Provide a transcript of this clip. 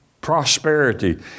prosperity